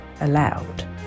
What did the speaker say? allowed